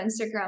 Instagram